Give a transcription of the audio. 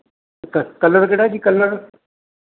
ਕ ਕਲਰ ਕਿਹੜਾ ਜੀ ਕਲਰ